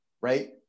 Right